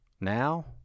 now